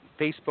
Facebook